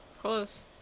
close